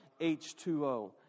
H2O